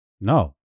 No